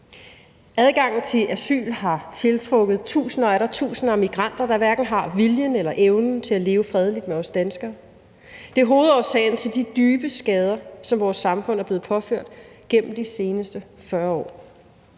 Adgangen til asyl har tiltrukket tusinder og atter tusinder af migranter, der hverken har viljen eller evnen til at leve fredeligt med os danskere. Det er hovedårsagen til de dybe skader, som vores samfund er blevet påført gennem de seneste 40 år.